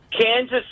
Kansas